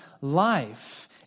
life